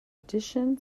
addition